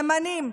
ימנים,